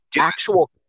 actual